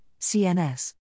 CNS